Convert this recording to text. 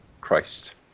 Christ